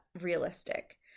realistic